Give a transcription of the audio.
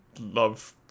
love